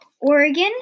Oregon